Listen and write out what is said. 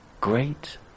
great